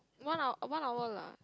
one one hour lah